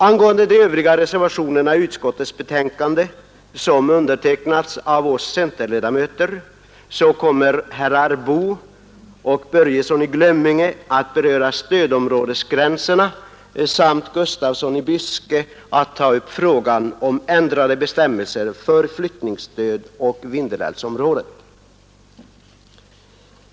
Angående de övriga reservationerna i utskottets betänkande som undertecknats av oss centerledamöter kommer herrar Boo och Börjesson i Glömminge att beröra stödområdesgränserna samt herr Gustafsson i Byske att ta upp frågan om ändrade bestämmelser för flyttningsstöd och Vindelälvsområdet.